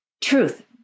truth